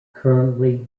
currently